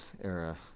era